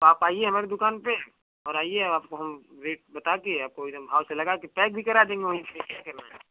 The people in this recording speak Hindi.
तो आप आइए हमारी दुकान पर और आइए आपको हम रेट बता कर आपको एकदम भाव से लगा कर पैक भी करा देंगे वहीं पर क्या करना है